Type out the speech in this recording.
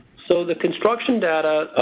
so the construction data,